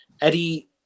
Eddie